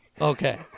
Okay